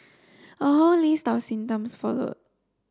a whole list of symptoms followed